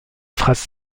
phrases